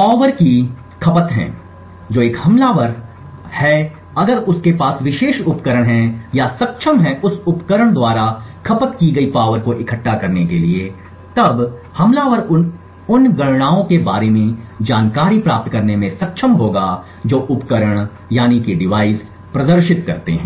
आम बिजली की खपत हैं जो एक हमलावर है अगर उसके पास विशेष उपकरण है या सक्षम है उस उपकरण द्वारा खपत की गई पावर को इकट्ठा करने के लिए तब हमलावर उन गणनाओं के बारे में जानकारी प्राप्त करने में सक्षम होगा जो उपकरण प्रदर्शन करता है